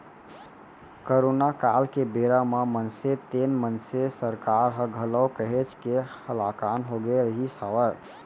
corona काल के बेरा म मनसे तेन मनसे सरकार ह घलौ काहेच के हलाकान होगे रिहिस हवय